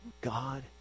God